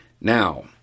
Now